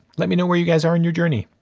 let me know where you guys are in your journey.